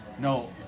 No